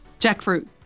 Jackfruit